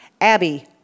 Abby